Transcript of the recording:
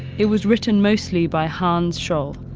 it was written mostly by hans scholl.